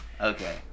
Okay